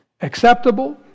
Acceptable